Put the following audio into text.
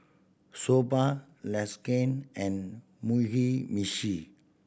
Soba Lasagne and Mugi Meshi